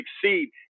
succeed